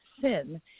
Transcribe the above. sin